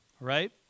right